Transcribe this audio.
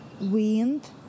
wind